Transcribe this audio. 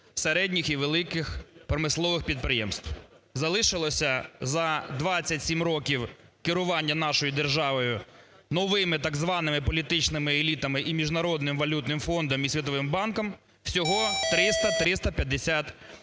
середніх і великих промислових підприємств, залишилося за 27 років керування нашою державою новими, так званими, політичними елітами і Міжнародним валютним фондом і Світовим банком всього 300-350